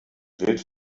wild